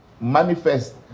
manifest